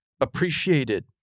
appreciated